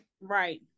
Right